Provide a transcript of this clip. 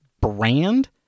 brand